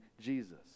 Jesus